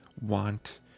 want